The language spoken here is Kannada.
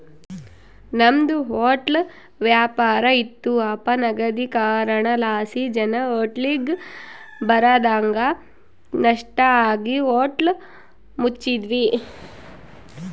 ನಮ್ದು ಹೊಟ್ಲ ವ್ಯಾಪಾರ ಇತ್ತು ಅಪನಗದೀಕರಣಲಾಸಿ ಜನ ಹೋಟ್ಲಿಗ್ ಬರದಂಗ ನಷ್ಟ ಆಗಿ ಹೋಟ್ಲ ಮುಚ್ಚಿದ್ವಿ